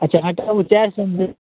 अच्छा हटाबू चारि सओमे देब